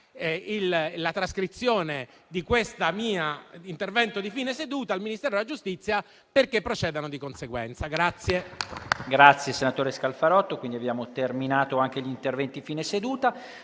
la trascrizione di questo mio intervento di fine seduta al Ministero della giustizia perché proceda di conseguenza.